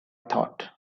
thought